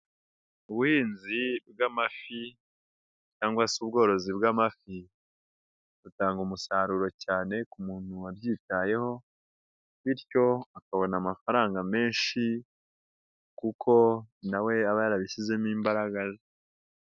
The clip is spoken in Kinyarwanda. Ubuhinzi bw'amafi cyangwa se ubworozi bw'amafi butanga umusaruro cyane ku muntu wabyitayeho bityo akabona amafaranga menshi kuko na we aba yarabishyizemo imbaraga ze.